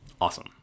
Awesome